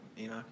Enoch